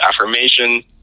affirmation